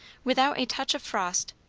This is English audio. without a touch of frost,